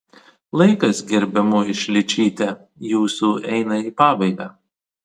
laikas gerbiamoji šličyte jūsų eina į pabaigą